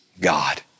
God